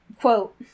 quote